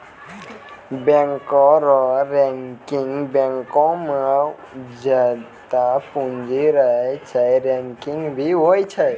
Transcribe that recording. बैंको रो रैंकिंग बैंको मे जत्तै पूंजी रहै छै रैंकिंग भी होय छै